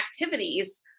activities